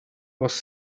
was